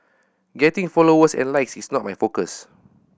getting followers and likes is not my focus